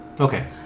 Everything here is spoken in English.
Okay